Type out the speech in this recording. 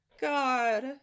God